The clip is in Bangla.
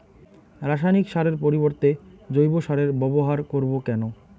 রাসায়নিক সারের পরিবর্তে জৈব সারের ব্যবহার করব কেন?